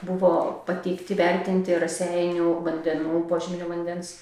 buvo pateikti įvertinti raseinių vandenų požeminio vandens